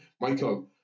Michael